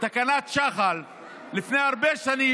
תקנת שחל לפני הרבה שנים,